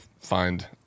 find